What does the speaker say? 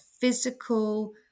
physical